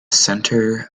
centre